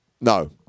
No